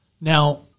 Now